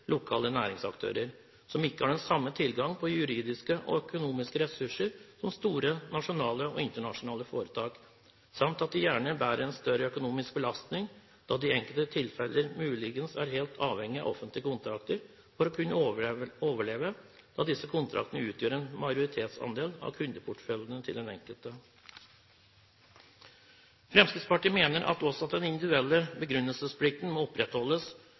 lokale næringsaktører som ikke har den samme tilgangen på juridiske og økonomiske ressurser som store nasjonale og internasjonale foretak, samt at de gjerne bærer en større økonomisk belastning, da de i enkelte tilfeller muligens er helt avhengige av offentlige kontrakter for å kunne overleve, da disse kontraktene utgjør en majoritetsandel av kundeporteføljen til den enkelte. Fremskrittspartiet mener også at den individuelle begrunnelsesplikten må opprettholdes